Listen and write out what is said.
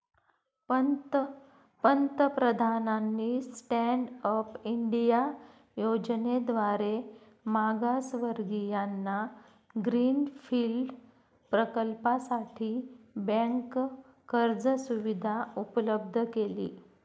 पंतप्रधानांनी stand up India योजनेद्वारे मागासवर्गीयांना ग्रीन फील्ड प्रकल्पासाठी बँक कर्ज सुविधा उपलब्ध केली